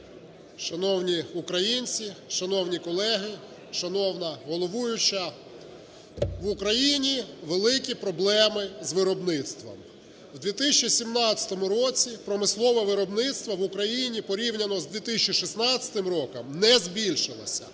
Шановні українці, шановні колеги, шановна головуюча! В Україні великі проблеми з виробництвом. У 2017 році промислове виробництво в Україні порівняно з 2016 роком не збільшилося.